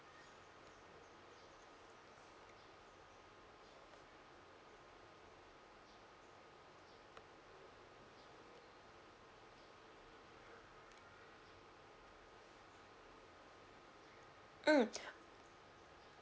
mm